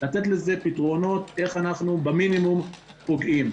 לתת לזה פתרונות איך אנחנו במינימום פוגעים.